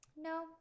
No